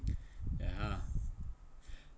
ya